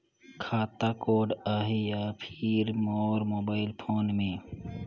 खाता कोड आही या फिर मोर मोबाइल फोन मे?